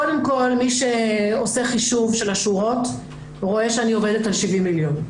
קודם כל מי שעושה חישוב של השורות רואה שאני עובדת על 70 מיליון,